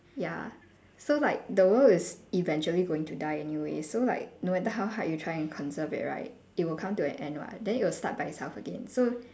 ya so like the world is eventually going to die anyways so like no matter how hard you try and conserve it right it'll come to an end [what] then it'll start by itself again so